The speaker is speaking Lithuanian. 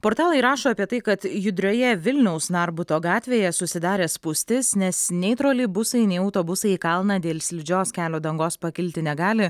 portalai rašo apie tai kad judrioje vilniaus narbuto gatvėje susidarė spūstis nes nei troleibusai nei autobusai į kalną dėl slidžios kelio dangos pakilti negali